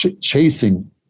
chasing